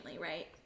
right